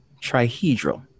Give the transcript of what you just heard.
trihedral